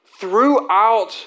Throughout